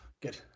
Good